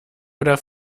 oder